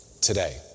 today